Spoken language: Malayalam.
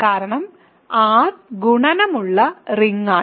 കാരണം R ഗുണനമുള്ള റിങ് ആണ്